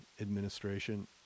administration